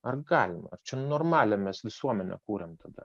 ar galima ar čia normalią mes visuomenę kuriam tada